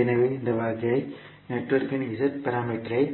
எனவே இந்த வகை நெட்வொர்க்கின் Z பாராமீட்டர்ஸ் ஐ